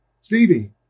Stevie